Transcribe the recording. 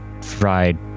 fried